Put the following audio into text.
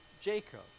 Jacob